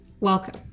welcome